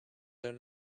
are